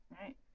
right